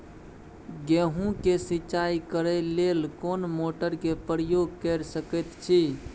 गेहूं के सिंचाई करे लेल कोन मोटर के प्रयोग कैर सकेत छी?